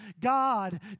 God